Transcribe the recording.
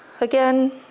again